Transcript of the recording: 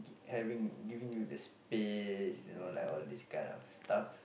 having giving you the space you know like all this kind of stuff